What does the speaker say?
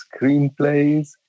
screenplays